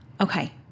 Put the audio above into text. okay